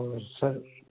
اور سر